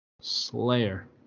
Slayer